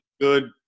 good